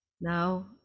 Now